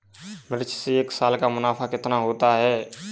मिर्च से एक साल का मुनाफा कितना होता है?